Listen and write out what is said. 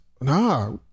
Nah